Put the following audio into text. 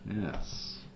Yes